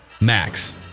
Max